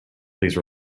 please